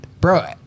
bro